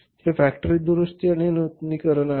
हे फॅक्टरी दुरुस्ती आणि नूतनीकरण आहे